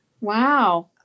Wow